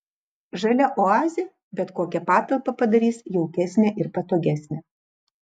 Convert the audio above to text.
žalia oazė bet kokią patalpą padarys jaukesnę patogesnę